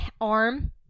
arm